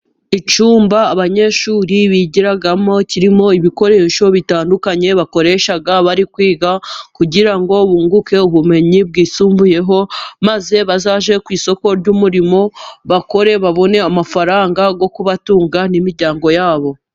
Icyumba abanyeshuri bigiragamo. Kirimo ibikoresho bitandukanye bakoresha bari kwiga kugira ngo bunguke ubumenyi bwisumbuyeho. Maze bazajye ku isoko ry'umurimo bakore babone amafaranga yo kubatunga n'imiryango yabo.